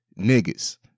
niggas